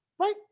Right